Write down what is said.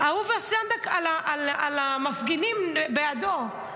-- אהוביה סנדק, על המפגינים בעדו.